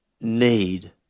need